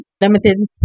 limited